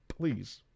Please